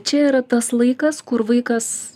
čia yra tas laikas kur vaikas